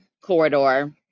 corridor